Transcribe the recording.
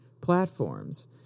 platforms